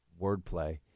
Wordplay